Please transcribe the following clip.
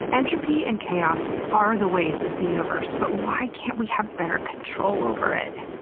entropy and chaos are the ways of the universe, but why can't we have better control over it?